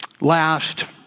Last